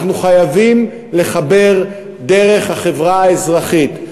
אנחנו חייבים לחבר דרך החברה האזרחית.